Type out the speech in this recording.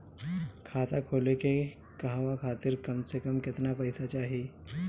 खाता खोले के कहवा खातिर कम से कम केतना पइसा चाहीं?